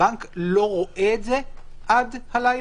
הבנק לא רואה את זה עד הלילה,